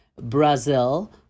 Brazil